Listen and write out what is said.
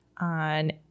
on